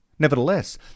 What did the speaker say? Nevertheless